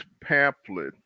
pamphlet